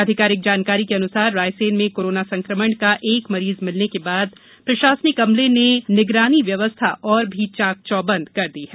आधिकारिक जानकारी के अनुसार रायसेन में कोरोना संकमण का एक मरीज मिलने के बाद प्रशासनिक अमले ने निगरानी व्यवस्था और भी चाक चौबंद कर दी है